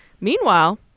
Meanwhile